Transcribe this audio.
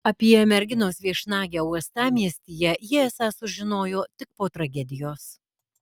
apie merginos viešnagę uostamiestyje jie esą sužinojo tik po tragedijos